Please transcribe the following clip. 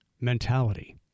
mentality